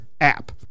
app